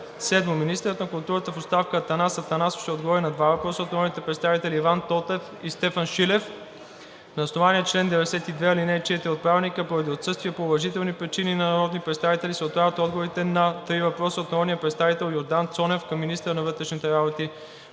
7. Министърът на културата в оставка Атанас Атанасов ще отговори на два въпроса от народните представители Иван Тотев и Стефан Шилев. На основание чл. 92, ал. 4 от ПОДНС, поради отсъствие по уважителни причини на народни представители, се отлагат отговорите на: - три въпроса от народния представител Йордан Цонев към министъра на вътрешните работи